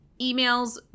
emails